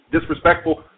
disrespectful